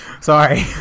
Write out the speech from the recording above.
Sorry